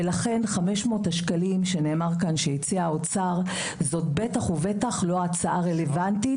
לכן 500 השקלים שנאמר פה שהציע האוצר זה בטח לא הצעה רלוונטית.